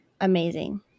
amazing